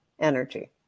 energy